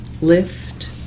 lift